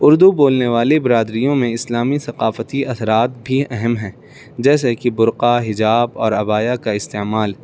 اردو بولنے والی برادریوں میں اسلامی ثقافتی اثرات بھی اہم ہیں جیسے کہ برقعہ حجاب اور ابایا کا استعمال